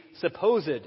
supposed